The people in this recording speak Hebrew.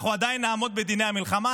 אנחנו עדיין נעמוד בדיני המלחמה,